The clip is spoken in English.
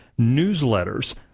newsletters